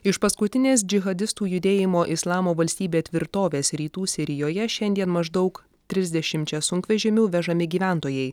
iš paskutinės džihadistų judėjimo islamo valstybė tvirtovės rytų sirijoje šiandien maždaug trisdešimčia sunkvežimių vežami gyventojai